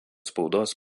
spaudos